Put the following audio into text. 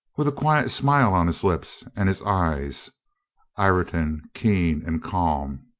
with a quiet smile on his lips and his eyes ireton, keen and calm,